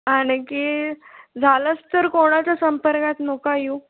आणखी झालंच तर कोणाच्या संपर्कात नका येऊ